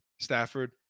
Stafford